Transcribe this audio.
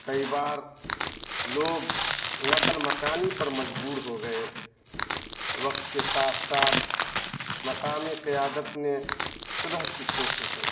کئی بار لوگ نقل مکانی پر مجبور ہو گئے وقت کے ساتھ ساتھ مقامی قیادت نے صلح کی کوششیں کیں